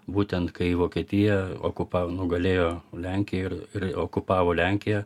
būtent kai vokietija okupavo nugalėjo lenkiją ir ir okupavo lenkiją